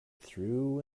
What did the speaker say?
through